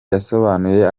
yasobanuye